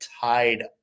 tied